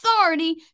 authority